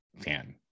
fan